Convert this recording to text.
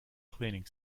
cleaning